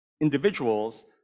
individuals